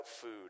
food